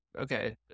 okay